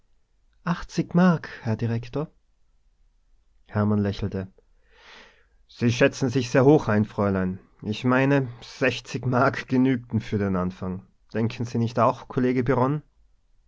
achtzig mark herr direktor hermann lächelte sie schätzen sich sehr hoch ein fräulein ich meine sechzig mark genügten für den anfang denken sie nicht auch kollege